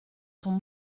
son